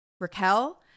Raquel